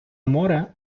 море